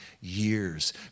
years